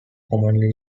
commonly